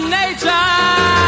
nature